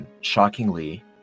Shockingly